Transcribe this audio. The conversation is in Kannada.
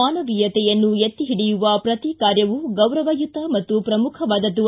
ಮಾನವೀಯತೆಯನ್ನು ಎತ್ತಿ ಹಿಡಿಯುವ ಪ್ರತಿ ಕಾರ್ಯವೂ ಗೌರವಯುತ ಮತ್ತು ಪ್ರಮುಖವಾದದ್ದು